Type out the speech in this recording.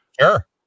Sure